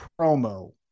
promo